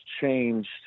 changed